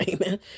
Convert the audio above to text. amen